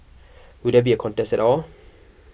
will there be a contest at all